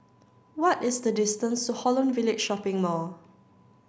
what is the distance to Holland Village Shopping Mall